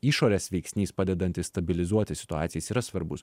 išorės veiksnys padedantis stabilizuoti situaciją jis yra svarbus